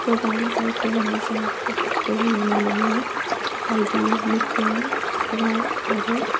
गोबां जायगायावनो जों बेफोरखौ नुनो मोनो बायदि मिटिंफोराव आरो